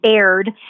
aired